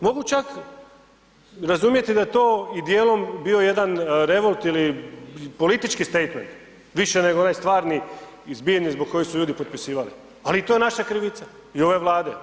Mogu čak razumjeti da je to i dijelom bio jedan revolt ili politički statement više nego onaj stvarni i zbijeni zbog kojeg su ljudi potpisivali ali i to je naša krivica i ove Vlade.